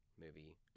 Movie